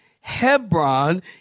Hebron